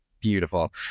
beautiful